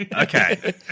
Okay